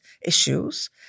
issues